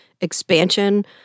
expansion